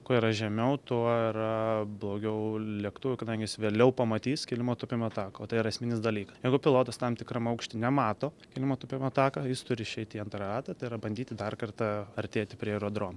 kuo yra žemiau tuo yra blogiau lėktuvui kadangi jis vėliau pamatys kilimo tūpimo tako o tai yra esminis dalykas jeigu pilotas tam tikram aukšty nemato kilimo tūpimo taką jis turi išeiti į antrą ratą tai yra bandyti dar kartą artėti prie aerodromo